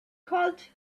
called